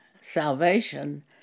salvation